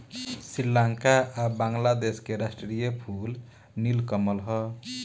श्रीलंका आ बांग्लादेश के राष्ट्रीय फूल नील कमल ह